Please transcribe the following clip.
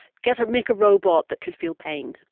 get or make a robot that could feel pain?